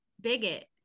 bigot